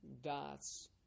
dots